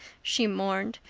she mourned.